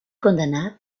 condamna